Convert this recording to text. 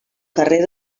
carrer